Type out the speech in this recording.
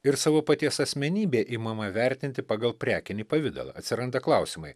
ir savo paties asmenybė imama vertinti pagal prekinį pavidalą atsiranda klausimai